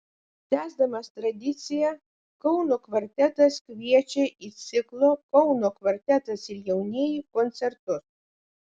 tęsdamas tradiciją kauno kvartetas kviečia į ciklo kauno kvartetas ir jaunieji koncertus